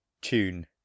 tune